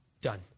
Done